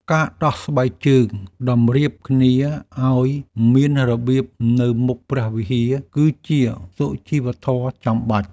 ការដោះស្បែកជើងតម្រៀបគ្នាឱ្យមានរបៀបនៅមុខព្រះវិហារ គឺជាសុជីវធម៌ចាំបាច់។